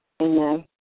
Amen